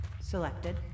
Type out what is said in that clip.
Selected